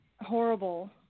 horrible